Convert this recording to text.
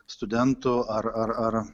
studentų ar ar ar